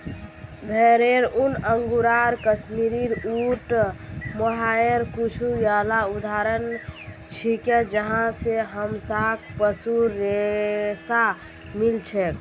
भेरेर ऊन, अंगोरा, कश्मीरी, ऊँट, मोहायर कुछू येला उदाहरण छिके जहाँ स हमसाक पशुर रेशा मिल छेक